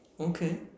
okay